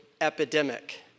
epidemic